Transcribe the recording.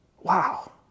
wow